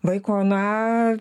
vaiko na